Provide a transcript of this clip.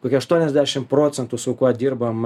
kokie aštuoniasdešim procentų su kuo dirbam